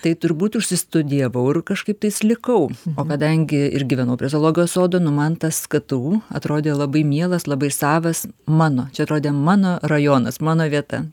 tai turbūt užsistudijavau ir kažkaip tais likau o kadangi ir gyvenau prie zoologijos sodo nu man tas ktu atrodė labai mielas labai savas mano čia atrodė mano rajonas mano vieta